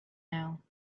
now